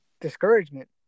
discouragement